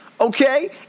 okay